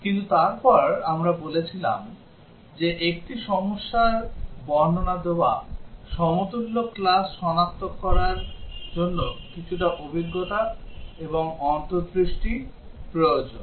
কিন্তু তারপর আমরা বলেছিলাম যে একটি সমস্যার বর্ণনা দেওয়া সমতুল্য ক্লাস সনাক্ত করার জন্য কিছুটা অভিজ্ঞতা এবং অন্তর্দৃষ্টি প্রয়োজন